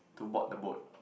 to board the boat